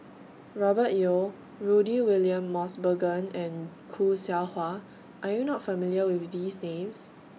Robert Yeo Rudy William Mosbergen and Khoo Seow Hwa Are YOU not familiar with These Names